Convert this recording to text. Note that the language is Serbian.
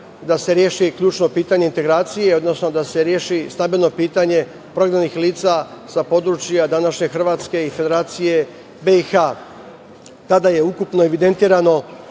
da se reši ključno pitanje integracije, odnosno da se reši stambeno pitanje prognanih lica sa područja današnje Hrvatske i Federacije BiH. Tada je ukupno evidentirano